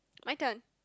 my turn